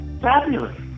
Fabulous